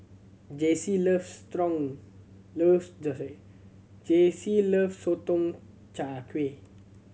Jaycee loves sotong Jaycee loves Sotong Char Kway